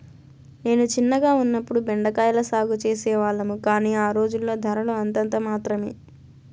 నేను చిన్నగా ఉన్నప్పుడు బెండ కాయల సాగు చేసే వాళ్లము, కానీ ఆ రోజుల్లో ధరలు అంతంత మాత్రమె